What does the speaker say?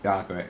ya correct